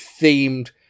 themed